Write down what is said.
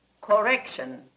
Correction